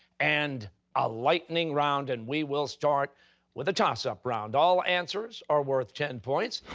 and a lightning round. and we will start with the toss-up round. all answers are worth ten points.